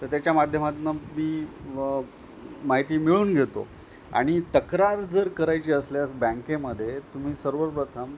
तर त्याच्या माध्यमातून मी माहिती मिळवून घेतो आणि तक्रार जर करायची असल्यास बँकेमध्ये तुम्ही सर्वप्रथम